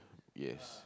yes